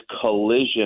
collision